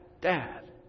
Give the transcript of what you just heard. Dad